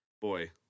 boy